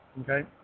okay